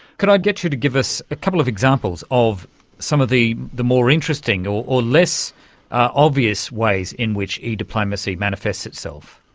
could i get you to give us a couple of examples of some of the the more interesting or less obvious ways in which e-diplomacy manifests itself?